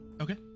Okay